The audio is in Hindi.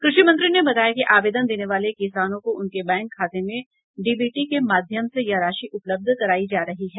कृषि मंत्री ने बताया कि आवेदन देने वाले किसानों को उनके बैंक खाते में डीबीटी के माध्यम से यह राशि उपलब्ध करायी जा रही है